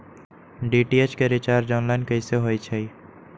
DTH के recharge online कैसे होईछई?